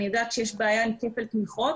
אני יודעת שיש בעיה עם כפל תמיכות,